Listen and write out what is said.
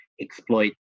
exploit